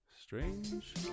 Strange